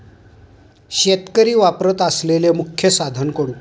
शेतकरी वापरत असलेले मुख्य साधन कोणते?